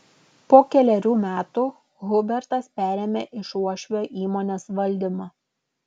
po kelerių metų hubertas perėmė iš uošvio įmonės valdymą